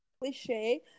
cliche